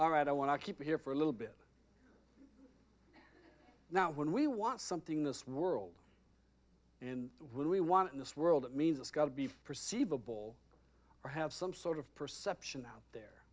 all right i want to keep it here for a little bit now when we want something this world and when we want in this world it means it's got to be perceivable or have some sort of perception out there